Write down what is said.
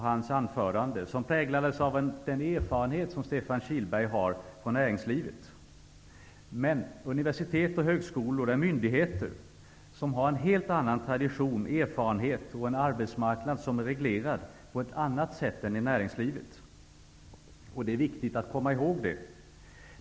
Hans anförande präglades av den erfarenhet som han har från näringslivet. Men universitet och högskolor är myndigheter, som har en helt annan tradition och erfarenhet samt en arbetsmarknad som är reglerad på ett annat sätt än i näringslivet. Det är viktigt att komma ihåg det.